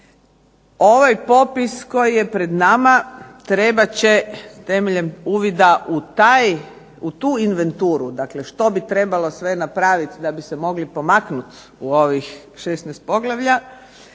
Ovaj popis koji je pred nama trebat će temeljem uvida u tu inventuru, dakle što bi trebalo sve napraviti da bi se mogli pomaknuti u ovih 16 poglavlja